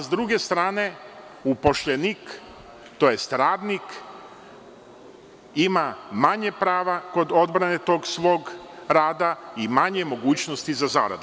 S druge strane, upošljenik, tj. radnik, ima manje prava kod odbrane tog svog rada i manje mogućnosti za zaradu.